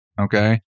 okay